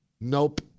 Nope